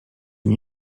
nie